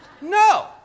No